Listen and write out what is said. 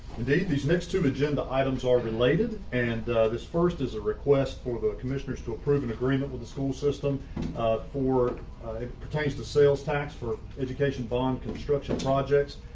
these next two agenda items are related and this first is a request for the commissioners to approve an agreement with the school system for pertains to sales tax for education bond construction projects,